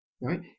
Right